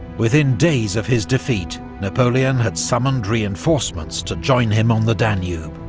within days of his defeat, napoleon had summoned reinforcements to join him on the danube,